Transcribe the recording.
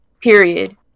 Period